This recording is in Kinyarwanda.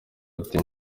ati